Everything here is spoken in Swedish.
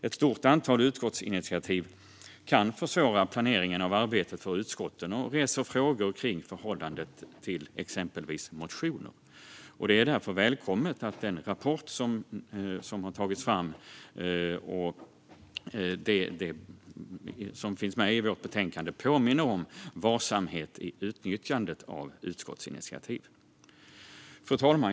Ett stort antal utskottsinitiativ kan försvåra planeringen av arbetet för utskotten och reser frågor kring förhållandet till exempelvis motioner. Det är därför välkommet att den rapport som har tagits fram och som finns med i vårt betänkande påminner om varsamhet i utnyttjandet av utskottsinitiativ. Fru talman!